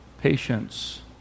patience